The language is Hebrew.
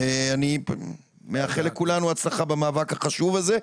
אני מאחל לכולנו הצלחה במאבק החשוב הזה.